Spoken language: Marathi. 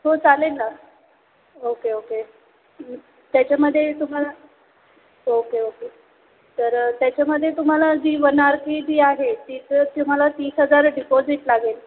हो चालेल ना ओके ओके त्याच्यामध्ये तुम्हाला ओके ओके तर त्याच्यामध्ये तुम्हाला G one R K G आहे तिचं तुम्हाला तीस हजार डिपॉझिट लागेल